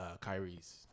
Kyrie's